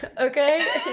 okay